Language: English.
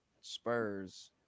Spurs